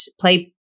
play